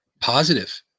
Positive